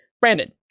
Brandon